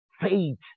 Faith